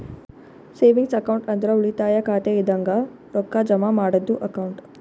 savings account ಅಂದ್ರ ಉಳಿತಾಯ ಖಾತೆ ಇದಂಗ ರೊಕ್ಕಾ ಜಮಾ ಮಾಡದ್ದು ಅಕೌಂಟ್